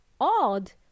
odd